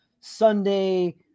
sunday